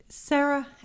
Sarah